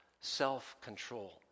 self-control